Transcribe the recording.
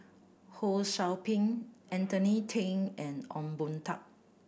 Ho Sou Ping Anthony Then and Ong Boon Tat